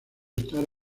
estar